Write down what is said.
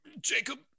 Jacob